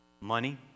money